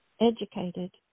educated